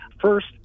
first